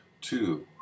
Two